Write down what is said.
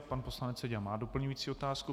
Pan poslanec Seďa má doplňující otázku.